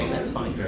and that's fine.